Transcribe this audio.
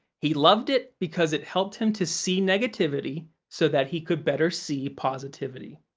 he loved it because it helped him to see negativity so that he could better see positivity.